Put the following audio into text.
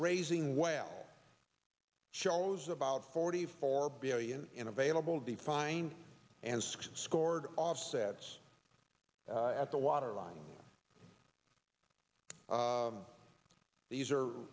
raising well shows about forty four billion in available the fine and scored offsets at the waterline these are